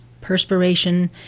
perspiration